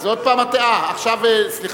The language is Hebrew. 12), התשע"א 2011, עבר